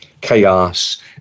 Chaos